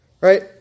Right